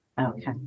Okay